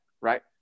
right